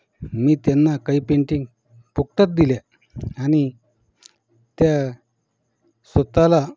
मी त्यांना काही पेंटिंग फुकटात दिल्या आणि त्या स्वत ला